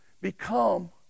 become